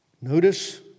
Notice